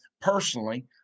personally